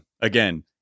Again